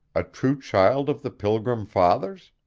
a true child of the pilgrim fathers?